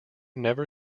never